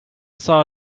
saw